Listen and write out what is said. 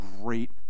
great